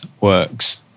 works